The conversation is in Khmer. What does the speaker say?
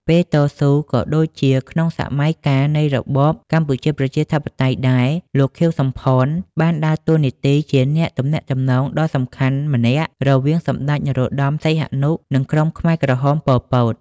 ពេលតស៊ូ ក៏ដូចជាក្នុងសម័យកាលនៃរបបកម្ពុជាប្រជាធិបតេយ្យដែរ លោក ខៀវ សំផន បានដើរតួនាទីជាអ្នកទំនាក់ទំនងដ៏សំខាន់ម្នាក់រវាងសម្តេចព្រះ នរោត្តម សីហនុ និងក្រុមខ្មែរក្រហម ប៉ុល ពត ។